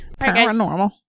Paranormal